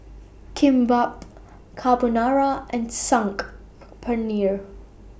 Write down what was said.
Kimbap Carbonara and Saag Paneer